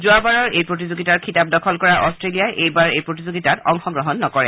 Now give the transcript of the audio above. যোৱাবাৰৰ এই প্ৰতিযোগিতাৰ খিতাপ দখল কৰা অট্টেলিয়াই এইবাৰৰ প্ৰতিযোগিতাত অংশগ্ৰহণ নকৰে